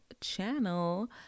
channel